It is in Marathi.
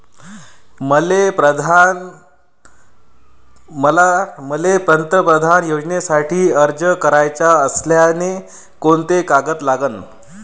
मले पंतप्रधान योजनेसाठी अर्ज कराचा असल्याने कोंते कागद लागन?